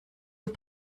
und